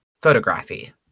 Photography